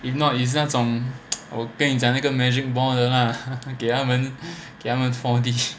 if not 也是那种我跟你讲的 magic ball 的 lah 给他们给他们 four digit